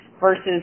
versus